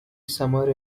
summer